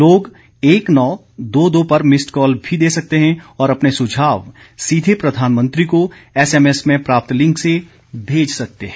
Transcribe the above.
लोग एक नौ दो दो पर मिस्ड कॉल भी दे सकते हैं और अपने सुझाव सीधे प्रधानमंत्री को एसएमएस में प्राप्त लिंक से भेज सकते हैं